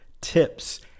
tips